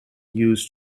use